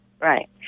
right